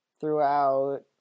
throughout